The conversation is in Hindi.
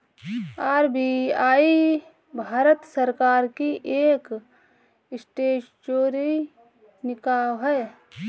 आर.बी.आई भारत सरकार की एक स्टेचुअरी निकाय है